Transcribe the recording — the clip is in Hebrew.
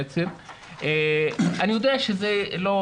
אני יודע שזה לא